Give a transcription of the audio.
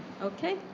Okay